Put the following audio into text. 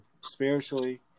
spiritually